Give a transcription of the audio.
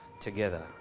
together